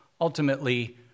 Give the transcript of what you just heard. ultimately